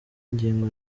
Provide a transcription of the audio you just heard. ingingo